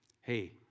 hey